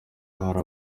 hari